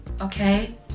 okay